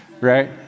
right